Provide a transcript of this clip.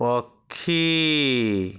ପକ୍ଷୀ